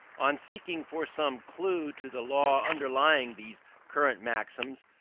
on seeking for some clue to the law underlying these current maxims,